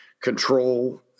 control